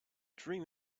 dream